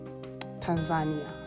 Tanzania